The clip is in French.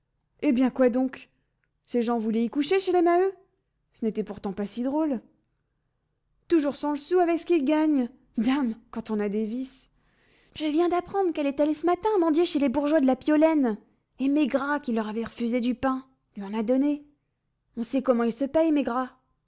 eh bien quoi donc ces gens voulaient y coucher chez les maheu ce n'était pourtant pas si drôle toujours sans le sou avec ce qu'ils gagnent dame quand on a des vices je viens d'apprendre qu'elle est allée ce matin mendier chez les bourgeois de la piolaine et maigrat qui leur avait refusé du pain lui en a donné on sait comment il se paie